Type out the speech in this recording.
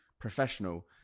professional